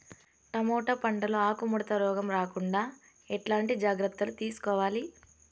Tomato పంట లో ఆకు ముడత రోగం రాకుండా ఎట్లాంటి జాగ్రత్తలు తీసుకోవాలి?